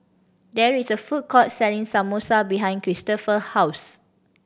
there is a food court selling Samosa behind Cristopher house